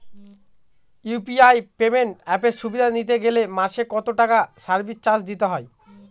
UPI payment অ্যাপের সুবিধা নিতে গেলে মাসে কত টাকা সার্ভিস চার্জ দিতে হবে?